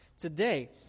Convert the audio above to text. today